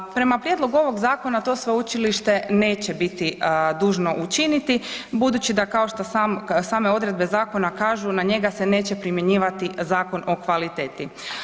Prema prijedlogu ovog zakona, to sveučilište neće biti dužno učiniti budući da kao što same odredbe zakona kažu, na njega se neće primjenjivati Zakon o kvaliteti.